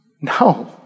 No